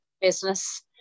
business